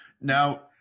now